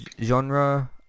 genre